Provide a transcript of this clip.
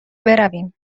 برویم